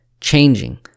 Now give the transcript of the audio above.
changing